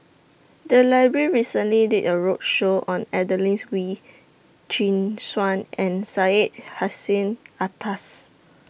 The Library recently did A roadshow on Adelene's Wee Chin Suan and Syed Hussein Alatas